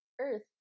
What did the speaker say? Earth